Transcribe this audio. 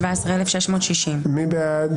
עד 17,300. מי בעד?